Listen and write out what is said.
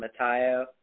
Matayo